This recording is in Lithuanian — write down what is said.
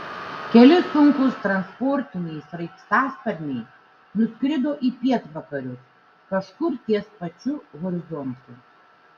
keli sunkūs transportiniai sraigtasparniai nuskrido į pietvakarius kažkur ties pačiu horizontu